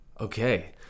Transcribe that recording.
Okay